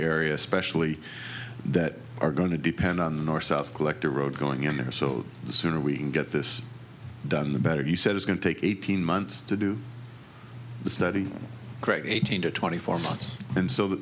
area especially that are going to depend on the north south collector road going in there so the sooner we can get this done the better he said it's going to take eighteen months to do study great eighteen to twenty four months and so